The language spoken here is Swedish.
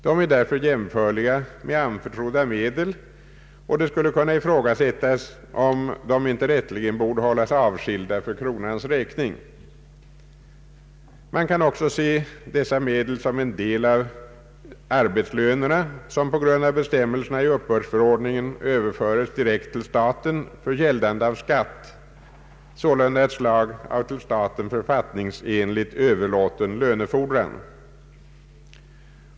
De är därför jämförliga med anförtrodda medel, och det skulle kunna ifrågasättas, om de inte rätteligen borde hållas avskilda för kronans räkning. Man kan också se dessa medel som en del av arbetslönerna, vilken på grund av bestämmelserna i uppbördsförordningen överföres direkt till staten för gäldande av skatt, sålunda ett slag av till staten författningsenligt överlåtna lönefordringar.